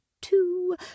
two